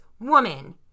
woman